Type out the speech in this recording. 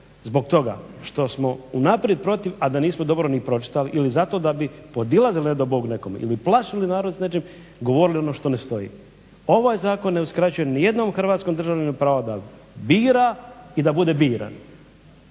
zbog toga što smo unaprijed protiv, a da nismo dobro ni pročitali ili zato da bi podizali nedo Bog nekome ili plašili narod s nečim govorili ono što ne stoji. Ovaj zakon ne uskraćuje ni jednom hrvatskom državljaninu pravo da bira i da bude biran